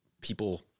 people—